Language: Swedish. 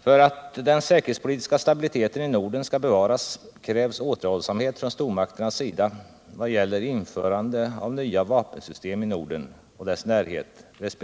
För att den säkerhetspolitiska stabiliteten i Norden skall bevaras krävs återhållsamhet från stormakternas sida vad gäller införande av nya vapensystem i Norden och dess närhet resp.